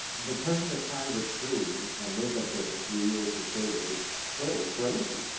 the person that climbs a tree and lives up there for three years to save it is clearly crazy.